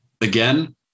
again